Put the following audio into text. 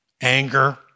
anger